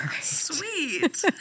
Sweet